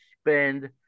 spend